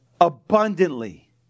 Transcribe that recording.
abundantly